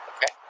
Okay